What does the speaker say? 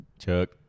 Chuck